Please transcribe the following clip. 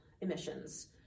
emissions